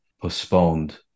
postponed